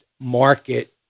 market